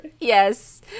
Yes